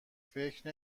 فکر